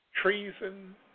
treason